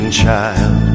child